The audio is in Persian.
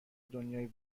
دنیای